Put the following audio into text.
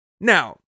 Now